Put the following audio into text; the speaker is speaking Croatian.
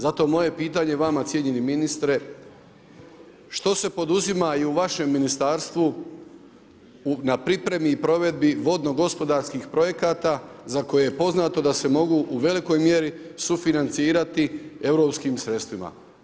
Zato moje pitanje vama cijenjeni ministre što se poduzima i u vašem ministarstvu na pripremi i provedbi vodno-gospodarskih projekata za koje je poznato da se mogu u velikoj mjeri sufinancirati europskim sredstvima.